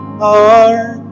heart